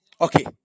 Okay